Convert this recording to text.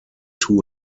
two